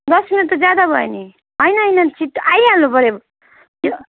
दस मिनट त ज्यादा भयो नि होइन होइन छिट्टो आइहाल्नुपऱ्यो यो